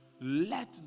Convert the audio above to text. let